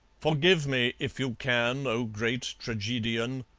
forgive me, if you can, o great tragedian!